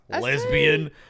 Lesbian